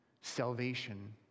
salvation